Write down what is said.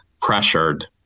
pressured